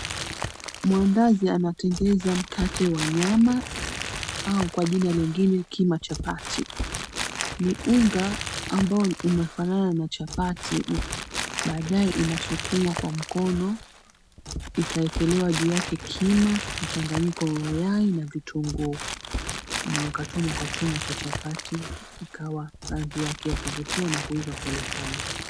Mwandazi anatengeneza mkate wa nyama au kwa jina lingine kima chapati. Ni unga ambao unafanana na chapati. Baadaye inasukumwa kwa mkono ikaekelewa juu yake kima, mchanganyiko wa yai na vitunguu na ukachomwa kwa chuma cha chapati ikawa rangi yake ya kuvutia na kuiva polepole.